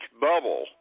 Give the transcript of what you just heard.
bubble